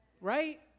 Right